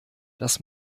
das